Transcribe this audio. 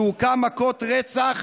שהוכה מכות רצח.